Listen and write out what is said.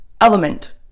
element